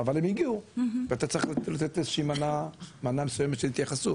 אבל הם הגיעו ואתה צריך לתת איזושהי מנה מסוימת של התייחסות